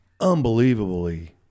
unbelievably